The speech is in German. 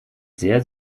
sehr